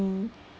money